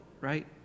right